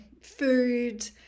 food